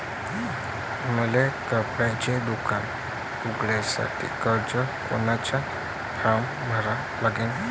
मले कपड्याच दुकान उघडासाठी कर्जाचा कोनचा फारम भरा लागन?